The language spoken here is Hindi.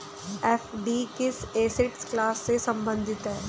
एफ.डी किस एसेट क्लास से संबंधित है?